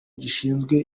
gishinzwe